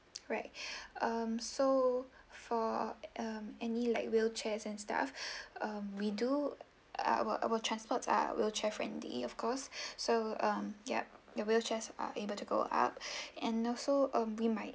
right um so for mm any like wheelchairs and stuff mm we do our our transports are wheelchair-friendly of course so um yup the wheelchairs are able to go up and also mm we might